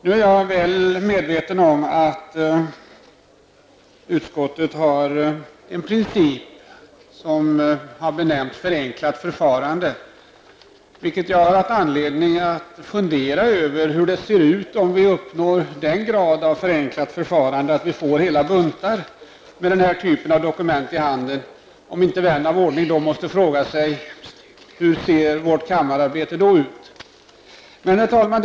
Nu är jag väl medveten om att utskottet har en princip som har benämnts förenklat förfarande, vilket gör att jag har haft anledning att fundera över hur det ser ut när vi uppnår den graden av förenklat förfarande att vi får hela buntar med denna typ av dokument i handen; om inte vän av ordning då måste fråga sig hur vårt kammararbete ser ut. Herr talman!